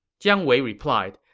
jiang wei replied,